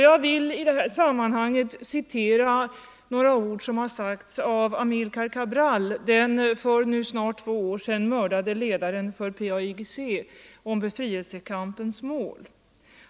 Jag vill i det här sammanhanget citera några ord som sagts av Amilcar Cabral — den för snart två år sedan mördade ledaren för PAIGC —- om befrielsekampens mål.